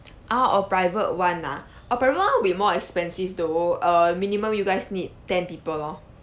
ah a private [one] ah a private [one] will be more expensive though err minimum you guys need ten people lor